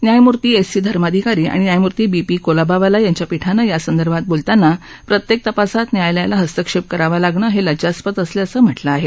न्यायमूर्ती S C Dharmadhikari आणि न्यायमूर्ती बी पी कोलाबावाला यांच्या पीठानं यासंदर्भात बोलताना प्रत्येक तपासात न्यायालयाला हस्तक्षेप करावा लागणं हे लज्जास्पद असल्याचं म्हटलं आहे